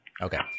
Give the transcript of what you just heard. Okay